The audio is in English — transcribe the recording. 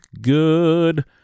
good